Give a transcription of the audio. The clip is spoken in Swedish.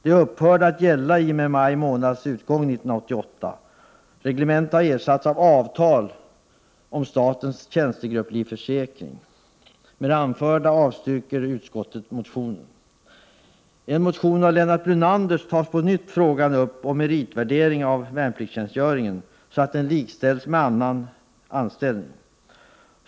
Det upphörde att gälla i och med maj månads utgång 1988. Reglementet har ersatts av avtal om statens tjänstegrupplivförsäkring. I en motion av Lennart Brunander tas på nytt frågan upp om meritvärdering av värnpliktstjänstgöringen. Motionären vill att den likställs med annan anställning.